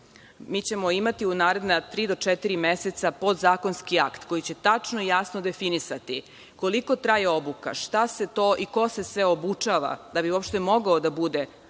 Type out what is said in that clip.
Mi ćemo imati u naredna tri do četiri meseca podzakonski akt koji će tačno i jasno definisati koliko traje obuka, šta se to i ko se sve obučava da bi uopšte mogao da bude